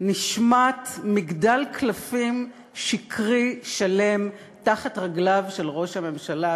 נשמט מגדל קלפים שקרי שלם מתחת רגליו של ראש הממשלה,